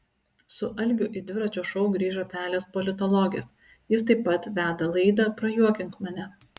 su algiu į dviračio šou grįžo pelės politologės jis taip pat veda laidą prajuokink mane